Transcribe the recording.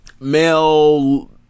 Male